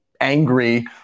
angry